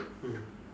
mm